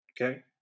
Okay